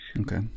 okay